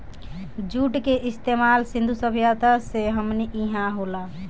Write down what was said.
जुट के इस्तमाल सिंधु सभ्यता से हमनी इहा होला